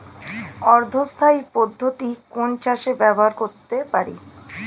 অর্ধ স্থায়ী পদ্ধতি কোন চাষে ব্যবহার করতে পারি?